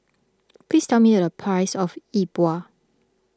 please tell me the price of Yi Bua